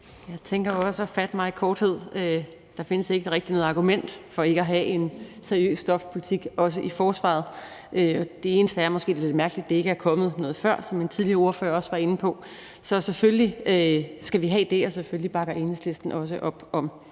Jeg tænker også at fatte mig i korthed. Der findes ikke rigtig noget argument for ikke også at have en seriøs stofpolitik i forsvaret. Det eneste, der måske er lidt mærkeligt, er, at det ikke er kommet noget før, som en tidligere ordfører også var inde på. Så selvfølgelig skal vi have det, og selvfølgelig bakker Enhedslisten også op om